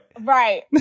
Right